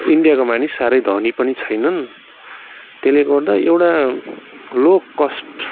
इन्डियाको मानिस साह्रै धनी पनि छैनन् त्यसले गर्दा एउटा लो कस्ट